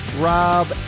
rob